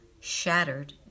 shattered